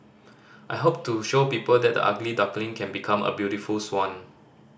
I hope to show people that the ugly duckling can become a beautiful swan